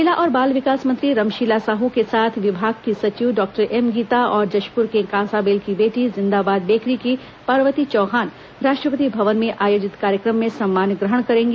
महिला और बाल विकास मंत्री रमशीला साहू के साथ विभाग की सचिव डॉ एमगीता और जशपुर के कांसाबेल की बेटी जिंदाबाद बेकरी की पार्वती चौंहान राष्ट्रपति भवन में आयोजित कार्यक्रम में सम्मान ग्रहण करेंगी